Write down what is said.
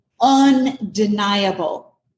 undeniable